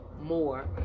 more